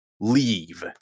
Leave